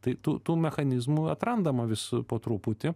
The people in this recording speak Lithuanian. tai tu tų mechanizmų atrandama vis po truputį